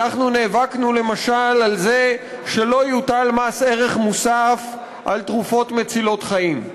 אנחנו נאבקנו למשל על זה שלא יוטל מס ערך מוסף על תרופות מצילות חיים,